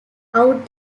out